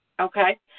Okay